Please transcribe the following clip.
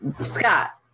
Scott